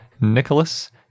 Nicholas